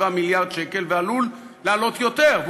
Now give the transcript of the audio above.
7 מיליארד שקל ועלול לעלות יותר,